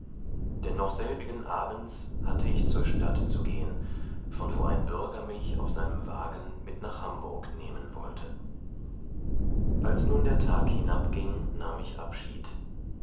noch selbigen abends hatte ich zur stadt zu gehen von wo ein bürger mich auf seinem wagen mit nach hamburg nehmen wollte als nun der tag hinabging nahm ich abschied